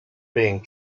being